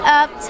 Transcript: up